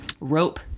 rope